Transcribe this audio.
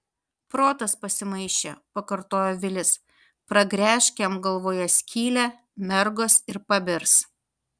protas pasimaišė pakartojo vilis pragręžk jam galvoje skylę mergos ir pabirs